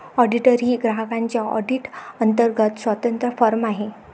auditor ही ग्राहकांच्या audit अंतर्गत स्वतंत्र फर्म आहे